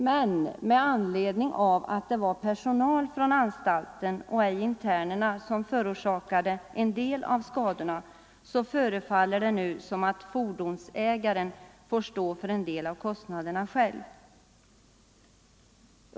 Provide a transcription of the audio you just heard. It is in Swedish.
Men utredning inom med anledning av att det var personal från anstalten och ej internerna kriminalvården som förorsakade en del av skadorna förefaller det som om fordonsägaren själv får stå för en del av kostnaderna.